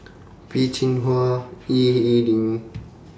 Peh Chin Hua Ying E Ding